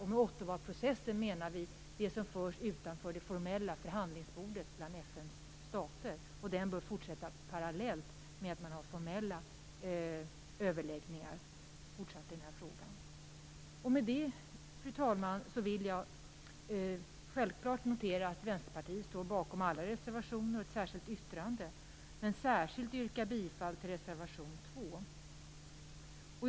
Med Ottawaprocessen menar vi de förhandlingar som förs utanför det formella förhandlingsbordet bland FN:s stater. Den bör fortsätta parallellt med att man har formella överläggningar i den här frågan Fru talman! Jag vill självklart notera att Vänsterpartiet står bakom alla reservationer och ett särskilt yttrande. Men jag vill särskilt yrka bifall till reservation 2.